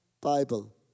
Bible